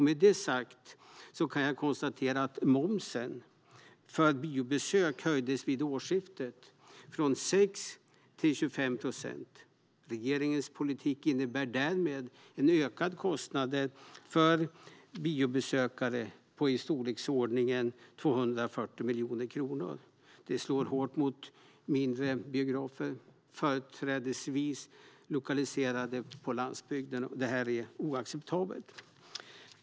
Med detta sagt kan jag konstatera att momsen för biobesök höjdes vid årsskiftet, från 6 till 25 procent. Regeringens politik innebär därmed en ökad kostnad för biobesökare på omkring 240 miljoner kronor. Det slår hårt mot mindre biografer, företrädesvis på landsbygden. Detta är oacceptabelt.